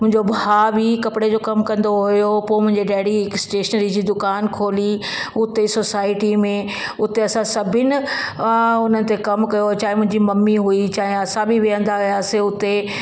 मुंहिंजो भाउ बि कपिड़े जो कमु कंदो हुओ पोइ मुंहिंजे डैडी हिकु स्टेशनरी जी दुकानु खोली उते सोसायटी में उते असां सभिनि उते कमु कयो चाहे मुंहिंजी मम्मी हुई चाहे असां बि वेहंदा हुआसीं हुते